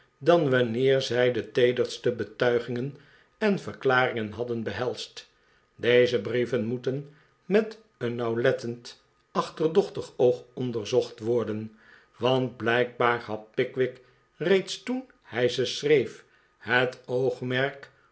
dan wanneer zij de teederste betuigingen en verklaringen hadden behelsd deze brieven moeten met een nauwlettend achterdochtig oog onderzocht worden want blijkbaar had pickwick reeds toen hij ze schreef het oogmerk